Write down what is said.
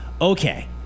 Okay